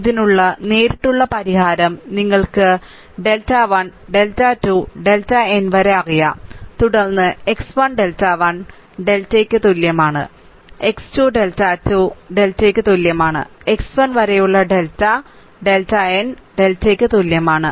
ഇതിനുള്ള നേരിട്ടുള്ള പരിഹാരം നിങ്ങൾക്ക് ഡെൽറ്റ 1 ഡെൽറ്റ 2 ഡെൽറ്റ n വരെ അറിയാം തുടർന്ന് x 1 ഡെൽറ്റ 1 ഡെൽറ്റയ്ക്ക് തുല്യമാണ് x 2 ഡെൽറ്റ 2 ഡെൽറ്റയ്ക്ക് തുല്യമാണ് xl വരെയുള്ള ഡെൽറ്റ ഡെൽറ്റ n ഡെൽറ്റയ്ക്ക് തുല്യമാണ്